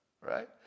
right